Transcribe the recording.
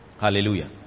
Hallelujah